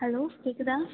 hello கேட்குதா